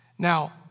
Now